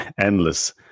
endless